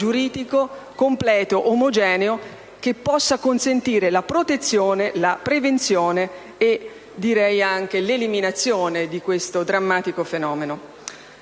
giuridico omogeneo e completo, che possa consentire la protezione, la prevenzione e l'eliminazione di questo drammatico fenomeno.